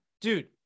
dude